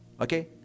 okay